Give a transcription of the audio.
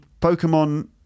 Pokemon